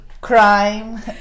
crime